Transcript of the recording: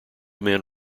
men